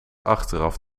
achteraf